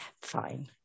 fine